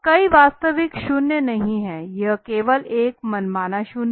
कोई वास्तविक शून्य नहीं है यह केवल एक मनमाना शून्य है